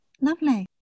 Lovely